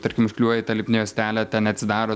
tarkim užklijuoja lipnią juostelę ten neatsidaro